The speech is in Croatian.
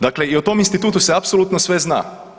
Dakle, i o tom institutu se apsolutno sve zna.